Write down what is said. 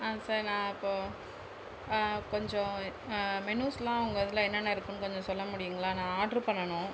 sir நான் இப்போது கொஞ்சம் மெனுஸ்லாம் உங்கள் இதில் என்னென்ன இருக்கும்னு கொஞ்சம் சொல்ல முடியுங்களா நான் ஆடரு பண்ணனும்